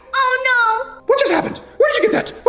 oh no! what just happened? where did you get that?